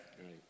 Right